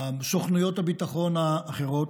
סוכנויות הביטחון האחרות,